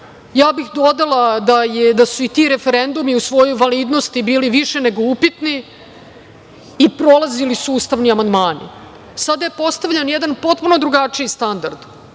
bih da su i ti referendumi u svojoj validnosti bili više nego upitni, i prolazili su ustavni amandmani. Sada je postavljen jedan potpuno drugačiji standard. Ko